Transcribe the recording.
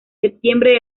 septiembre